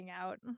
out